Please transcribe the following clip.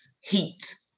heat